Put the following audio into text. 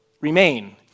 remain